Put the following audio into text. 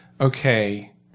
okay